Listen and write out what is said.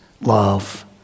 love